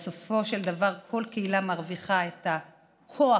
בסופו של דבר כל קהילה מרוויחה את הכוח